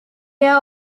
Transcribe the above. their